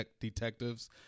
detectives